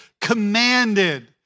commanded